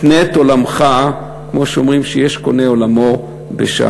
קנה את עולמך, כמו שאומרים, יש קונה עולמו בשעה.